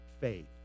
faith